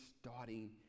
starting